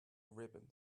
ribbon